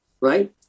right